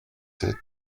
sept